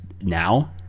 now